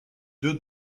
deux